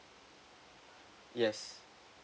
yes